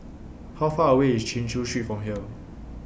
How Far away IS Chin Chew Street from here